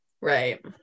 Right